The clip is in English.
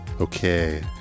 Okay